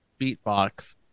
beatbox